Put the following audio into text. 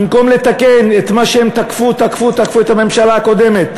במקום לתקן את מה שהם תקפו-תקפו-תקפו את הממשלה הקודמת,